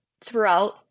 throughout